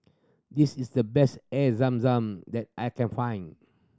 this is the best Air Zam Zam that I can find